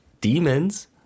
demons